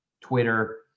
Twitter